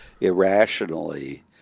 irrationally